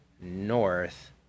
north